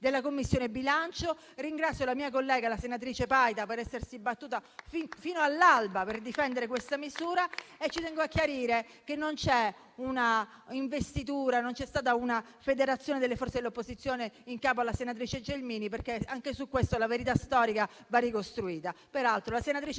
della Commissione bilancio, la mia collega, senatrice Paita, per essersi battuta fino all'alba per difendere questa misura e tengo a chiarire che non c'è una investitura, non c'è stata una federazione delle forze dell'opposizione in capo alla senatrice Gelmini, perché anche su questo la verità storica va ricostruita.